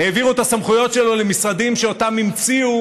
העבירו את הסמכויות שלו למשרדים שאותם המציאו